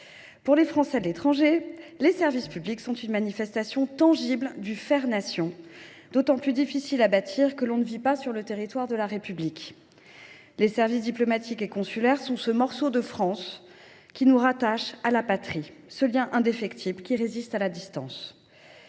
Pour les Français de l’étranger, les services publics sont une manifestation tangible du « faire nation »; c’est d’autant plus essentiel que ceux ci ne vivent pas sur le territoire de la République. Les services diplomatiques et consulaires sont ce morceau de France qui rattachent à la patrie, ce lien indéfectible qui résiste à la distance.